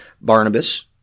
Barnabas